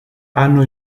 hanno